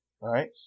Right